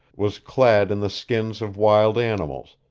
was clad in the skins of wild animals,